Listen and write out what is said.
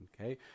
Okay